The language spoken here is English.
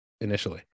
initially